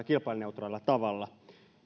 kilpailuneutraalilla tavalla